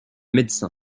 médecin